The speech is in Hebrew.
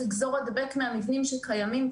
זה נגזר מן המבנים שקיימים,